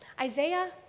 Isaiah